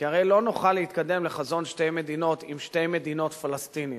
כי הרי לא נוכל להתקדם לחזון שתי מדינות עם שתי מדינות פלסטיניות.